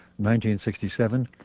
1967